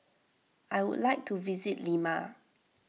I would like to visit Lima